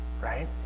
right